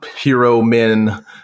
hero-men